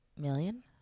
million